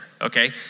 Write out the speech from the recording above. okay